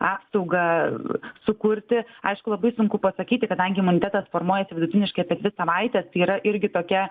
apsaugą sukurti aišku labai sunku pasakyti kadangi imunitetas formuojasi vidutiniškai per dvi savaitestai yra irgi tokia